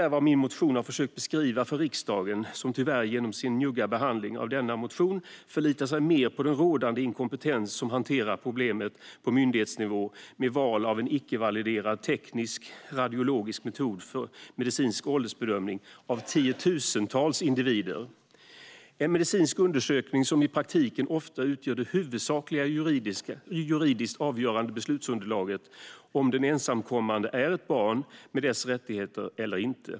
Det är vad min motion har försökt beskriva för riksdagen, men genom sin njugga behandling av motionen förlitar man sig tyvärr mer på den rådande inkompetens som hanterar problemet på myndighetsnivå, där valet av en icke-validerad teknisk/radiologisk metod för medicinsk åldersbedömning av tiotusentals individer i praktiken ofta utgör det huvudsakliga juridiskt avgörande beslutsunderlaget om den ensamkommande är ett barn med dess rättigheter eller inte.